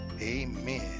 Amen